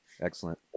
excellent